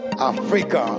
Africa